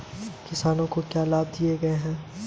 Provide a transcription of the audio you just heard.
किसानों को क्या लाभ दिए गए हैं?